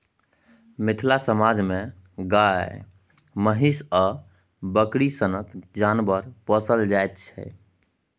मिथिला समाज मे गाए, महीष आ बकरी सनक जानबर पोसल जाइ छै